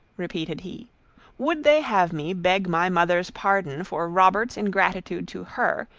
repeated he would they have me beg my mother's pardon for robert's ingratitude to her,